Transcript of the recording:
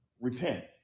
Repent